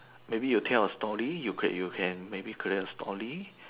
maybe you tell a story you can you can maybe create a story